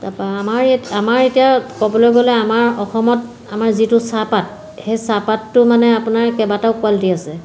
তাৰপা আমাৰ আমাৰ এতিয়া ক'বলৈ গ'লে আমাৰ অসমত আমাৰ যিটো চাহপাত সেই চাহপাতটো মানে আপোনাৰ কেবাটাও কোৱালিটি আছে